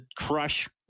crush